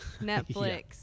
Netflix